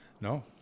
No